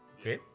okay